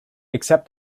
except